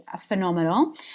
phenomenal